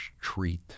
treat